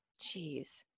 Jeez